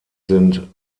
sind